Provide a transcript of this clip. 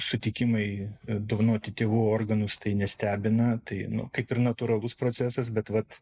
sutikimai dovanoti tėvų organus tai nestebina tai nu kaip ir natūralus procesas bet vat